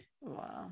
Wow